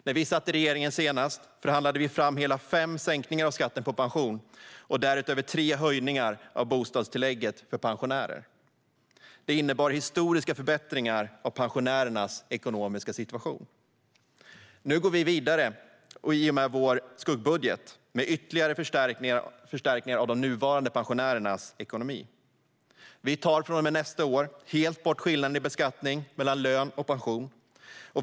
När vi satt i regeringen senast förhandlade vi fram hela fem sänkningar av skatten på pension och därutöver tre höjningar av bostadstillägget för pensionärer. Det innebar historiska förbättringar av pensionärernas ekonomiska situation. Nu går vi i och med vår skuggbudget vidare med ytterligare förstärkningar av de nuvarande pensionärernas ekonomi. Vi tar från och med nästa år helt bort skillnaden i beskattning mellan lön och pension.